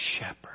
shepherd